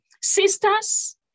Sisters